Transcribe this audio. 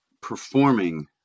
performing